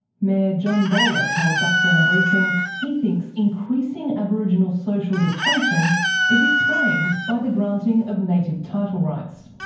mayor john bowler told background briefing he thinks increasing aboriginal social dysfunction is explained by the granting of native title rights.